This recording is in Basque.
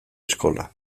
eskola